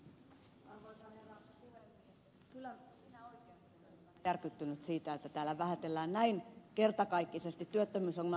kyllä minä oikeasti olen järkyttynyt siitä että täällä vähätellään näin kertakaikkisesti työttömyysongelmaa